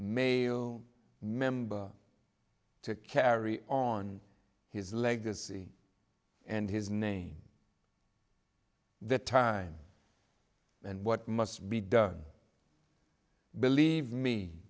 may member to carry on his legacy and his name the time and what must be done believe me